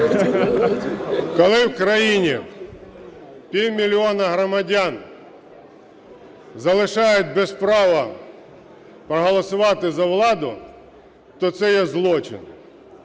Коли в країні півмільйона громадян залишають без права проголосувати за владу, то це є злочин.